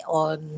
on